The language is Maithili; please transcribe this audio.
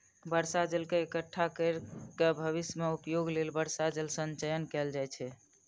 बर्षा जल के इकट्ठा कैर के भविष्य मे उपयोग लेल वर्षा जल संचयन कैल जाइ छै